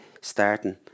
starting